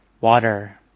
Water